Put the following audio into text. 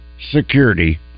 security